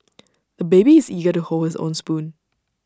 the baby is eager to hold his own spoon